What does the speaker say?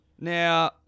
Now